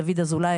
דוד אזולאי,